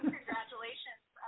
Congratulations